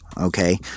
okay